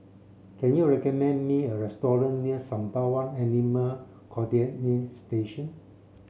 can you recommend me a restaurant near Sembawang Animal Quarantine Station